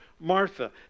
Martha